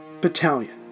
battalion